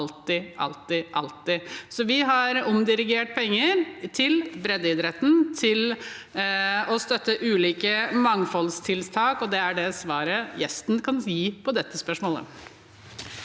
alltid, alltid, alltid. Så vi har omdirigert penger til breddeidretten og til å støtte ulike mangfoldstiltak. Det er svaret gjesten kan gi på dette spørsmålet.